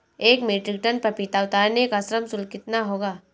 एक metric ton पपीता उतारने का श्रम शुल्क कितना होगा?